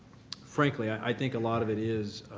frankly, i think a lot of it is